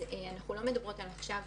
אנחנו לא מדברות על המצב העכשווי,